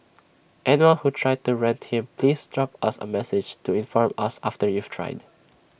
anyone who tried to rent him please drop us A message to inform us after you've tried